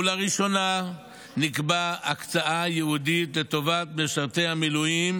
ולראשונה נקבעה הקצאה ייעודית לטובת משרתי המילואים,